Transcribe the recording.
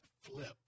flip